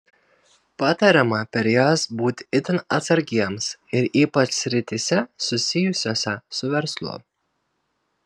patariama per jas būti itin atsargiems ir ypač srityse susijusiose su verslu